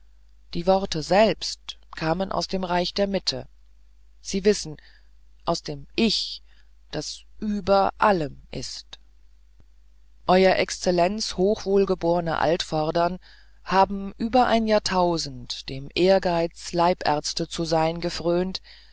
die worte selbst kamen aus dem reich der mitte sie wissen aus dem ich das über allem ist euer exzellenz hochwohlgeborene altvordern haben über ein jahrtausend dem ehrgeiz leibärzte zu sein